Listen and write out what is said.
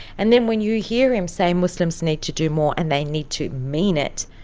and then when you hear him say muslims need to do more and they need to mean it,